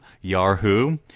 Yahoo